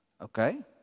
Okay